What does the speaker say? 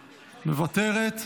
מוותרת.